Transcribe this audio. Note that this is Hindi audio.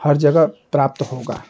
हर जगह प्राप्त होगा